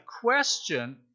question